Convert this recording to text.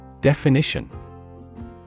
Definition